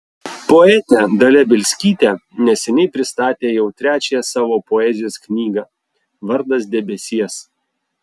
poetė dalia bielskytė neseniai pristatė jau trečiąją savo poezijos knygą vardas debesies